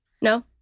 No